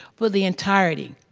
for the entirety.